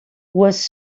was